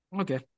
Okay